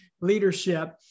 leadership